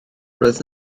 roedd